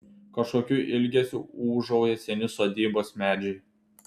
kažkokiu ilgesiu ūžauja seni sodybos medžiai